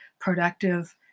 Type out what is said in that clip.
productive